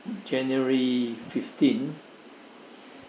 january fifteen